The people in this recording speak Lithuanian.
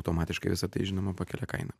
automatiškai visa tai žinoma pakelia kainą